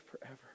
forever